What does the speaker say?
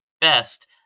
best